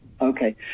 Okay